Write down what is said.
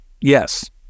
Yes